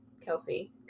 Kelsey